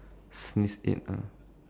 sneeze eight